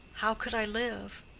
how could i live?